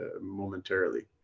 momentarily